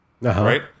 Right